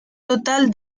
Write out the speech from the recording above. total